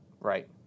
Right